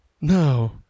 No